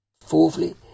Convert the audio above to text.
Fourthly